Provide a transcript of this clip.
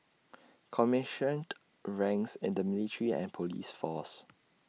commissioned ranks in the military and Police force